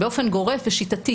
הרווחה,